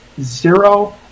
zero